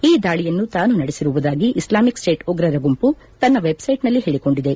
ಈ ದಾಳಿಯನ್ನು ತಾನು ನಡೆಸಿರುವುದಾಗಿ ಇಸ್ಲಾಮಿಕ್ ಸ್ಲೇಟ್ ಉಗ್ರರ ಗುಂಪು ತನ್ನ ವೆಬ್ಸೈಟ್ನಲ್ಲಿ ಹೇಳಿಕೊಂಡಿದೆ